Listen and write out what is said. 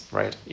right